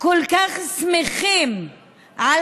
כל כך שמחים על